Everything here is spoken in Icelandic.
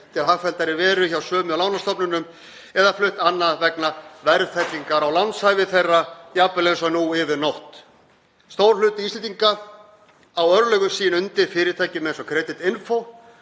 til hagfelldari veru hjá sömu lánastofnunum eða flutt annað vegna verðfellingar á lánshæfi þeirra, jafnvel eins og nú yfir nótt. Stór hluti Íslendinga á örlög sín undir fyrirtækjum eins og Creditinfo